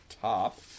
top